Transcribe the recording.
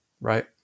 right